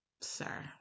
Sir